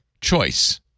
choice